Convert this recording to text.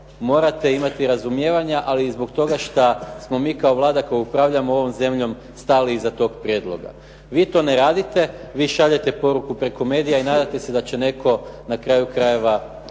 morate imati razumijevanja, ali i zbog toga što smo mi kao Vlada koja upravlja tom zemljom, stala iza toga prijedloga. Vi to ne radite. Vi šaljete poruku preko medija i nadate se da će netko na kraju krajeva